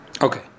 Okay